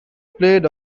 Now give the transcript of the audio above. played